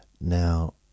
Now